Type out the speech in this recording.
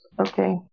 okay